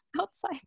outside